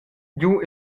giu